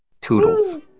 Toodles